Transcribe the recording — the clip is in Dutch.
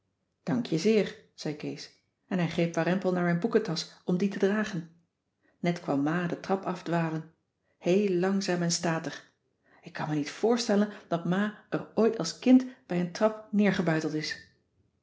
dank je zeer zei kees en hij greep warempel naar mijn boekentasch om die te dragen net kwam ma de trap afdwalen heel langzaam en statig ik kan cissy van marxveldt de h b s tijd van joop ter heul me niet voorstellen dat ma er ooit als kind bij een trap neergebuiteld is